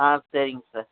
ஆ சரிங்க சார்